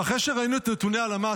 ואחרי שראינו את נתוני הלמ"ס,